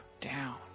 down